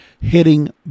hitting